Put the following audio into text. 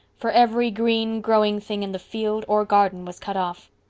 for every green growing thing in the field or garden was cut off.